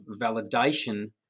validation